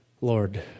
Lord